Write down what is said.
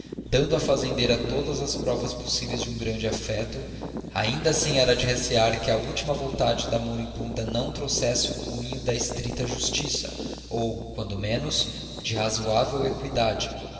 dando à fazendeira todas as provas possíveis de um grande afeto ainda assim era de recear que a última vontade da moribunda não trouxesse o cunho da estrita justiça ou quando menos de razoável eqüidade